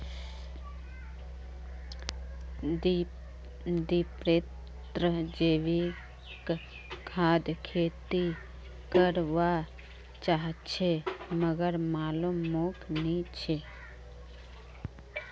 दीपेंद्र जैविक खाद खेती कर वा चहाचे मगर मालूम मोक नी छे